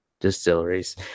distilleries